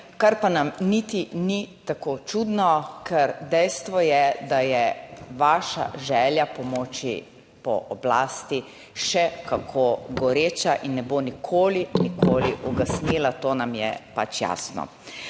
kar pa nam niti ni tako čudno, ker dejstvo je, da je vaša želja po moči, po oblasti še kako goreča in ne bo nikoli, nikoli ugasnila, to nam je pač jasno.